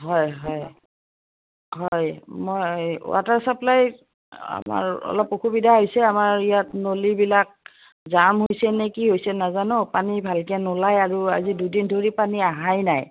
হয় হয় হয় মই ৱাটাৰ চাপ্লাই আমাৰ অলপ অসুবিধা হৈছে আমাৰ ইয়াত নলীবিলাক জাম হৈছে নে কি হৈছে নাজানো পানী ভালকৈ নোলায় আৰু আজি দুদিন ধৰি পানী আহাই নাই